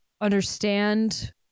understand